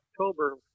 October